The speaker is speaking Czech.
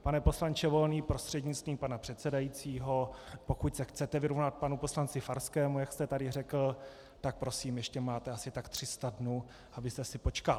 Pane poslanče Volný prostřednictvím pana předsedajícího, pokud se chcete vyrovnat panu poslanci Farskému, jak jste tady řekl, tak prosím ještě máte asi tak 300 dnů, abyste si počkal.